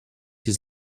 his